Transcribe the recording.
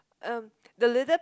uh the little